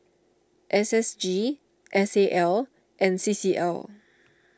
S S G S A L and C C L